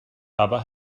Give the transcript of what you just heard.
aber